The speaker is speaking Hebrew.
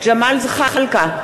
ג'מאל זחאלקה,